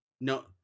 No